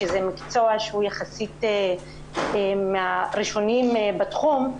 שזה מקצוע שהוא יחסית מהראשונים בתחום,